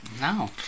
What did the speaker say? No